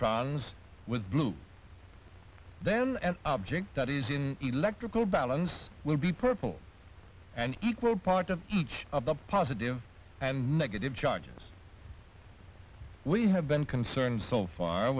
electrons with blue then an object that is in electrical balance will be purple an equal part of each of the positive and negative charges we have been concerned so far